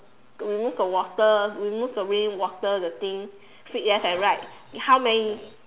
remove the water remove the rainwater the thing sweep left and right how many